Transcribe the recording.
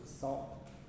salt